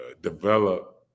develop